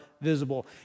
visible